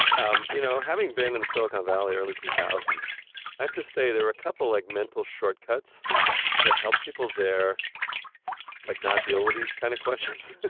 um you know, having been in silicon valley, early two thousand s, i have to say, there were a couple like mental shortcuts that helped people there like not deal with these kind of questions.